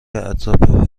اطراف